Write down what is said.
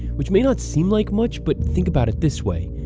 which may not seem like much, but think about it this way,